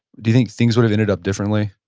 do you think things would've ended up differently?